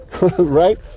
right